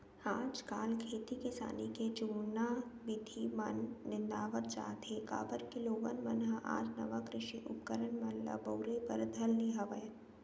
आज काल खेती किसानी के जुन्ना बिधि मन नंदावत जात हें, काबर के लोगन मन ह आज नवा कृषि उपकरन मन ल बउरे बर धर ले हवय